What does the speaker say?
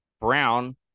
Brown